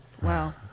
wow